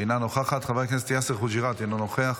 אינה נוכחת, חבר הכנסת יאסר חוג'יראת, אינו נוכח.